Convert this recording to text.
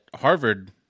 Harvard